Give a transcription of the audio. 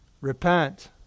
repent